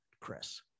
chris